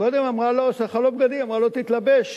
קודם שלחה לו בגדים, אמרה לו: תתלבש.